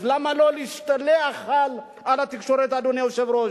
אז למה לא להשתלח בתקשורת, אדוני היושב-ראש?